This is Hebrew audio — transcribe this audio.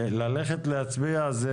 ללכת להצביע זה